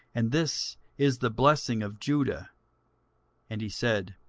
and this is the blessing of judah and he said,